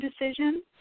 decision